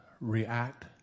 react